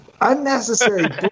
unnecessary